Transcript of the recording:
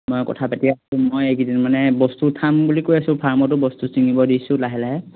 মই কথা পাতি আছোঁ মই এইকেইদিন মানে বস্তু উঠাম বুলি কৈ আছোঁ ফাৰ্মতো বস্তু চিঙিব দিছোঁ লাহে লাহে